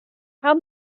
how